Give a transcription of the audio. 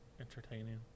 entertaining